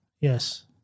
Yes